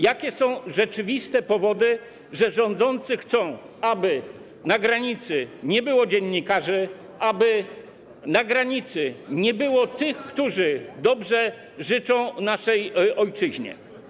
Jakie są rzeczywiste powody, że rządzący chcą, aby na granicy nie było dziennikarzy, aby na granicy nie było tych, którzy dobrze życzą naszej ojczyźnie.